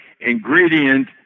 ingredient